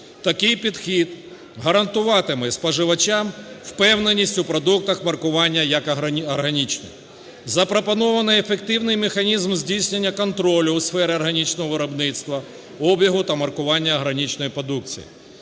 Такий підхід гарантуватиме споживачам впевненість у продуктах маркування як органічних. Запропоновано ефективний механізм здійснення контролю у сфері органічного виробництва, обігу та маркування органічної продукції.